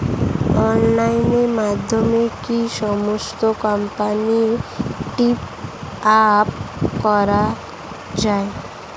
অনলাইনের মাধ্যমে কি সমস্ত কোম্পানির টপ আপ করা যায়?